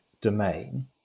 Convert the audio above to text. domain